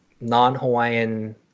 non-Hawaiian